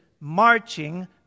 marching